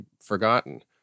forgotten